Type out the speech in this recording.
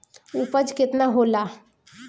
उपज केतना होला?